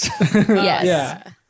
Yes